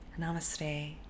Namaste